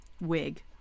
wig